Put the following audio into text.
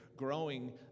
growing